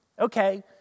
Okay